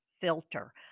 filter